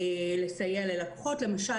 למשל,